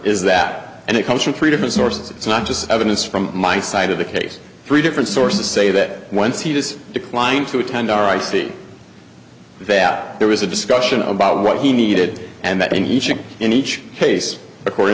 is that and it comes from three different sources it's not just evidence from my side of the case three different sources say that once he does decline to attend our i c that there was a discussion about what he needed and that in egypt in each case according